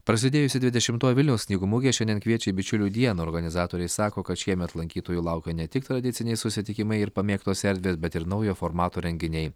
prasidėjusi dvidešimtoji vilniaus knygų mugė šiandien kviečia į bičiulių dieną organizatoriai sako kad šiemet lankytojų laukia ne tik tradiciniai susitikimai ir pamėgtos erdvės bet ir naujo formato renginiai